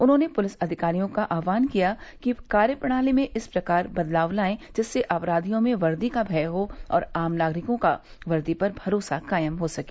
उन्होंने पुलिस अधिकारियों का आह्वान किया कि कार्यप्रणाली में इस प्रकार बदलाव लाएं जिससे अपराधियों में वर्दी का भय हो और आम नागरिकों का वर्दी पर भरोसा कायम हो सके